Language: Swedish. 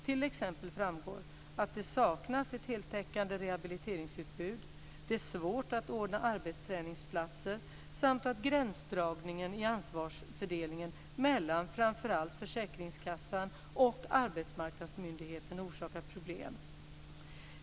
T.ex. framgår att: - det är svårt att ordna arbetsträningsplatser, samt att - gränsdragningen i ansvarsfördelningen mellan framförallt försäkringskassan och arbetsmarknadsmyndigheten orsakar problem.